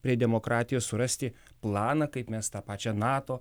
prie demokratijos surasti planą kaip mes tą pačia nato